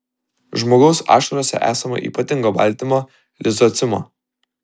žmogaus ašarose esama ypatingo baltymo lizocimo